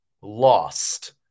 lost